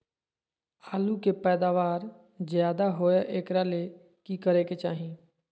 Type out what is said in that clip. आलु के पैदावार ज्यादा होय एकरा ले की करे के चाही?